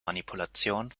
manipulation